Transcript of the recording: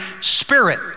spirit